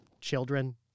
Children